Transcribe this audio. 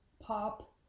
pop